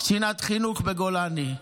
קצינת חינוך בגולני.